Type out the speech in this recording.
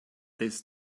this